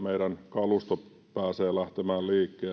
kalusto pääsee lähtemään liikkeelle